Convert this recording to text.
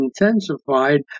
intensified